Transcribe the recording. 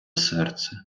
серце